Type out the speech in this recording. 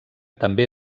també